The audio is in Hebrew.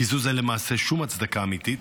לקיזוז אין למעשה שום הצדקה אמיתית.